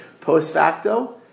post-facto